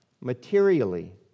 materially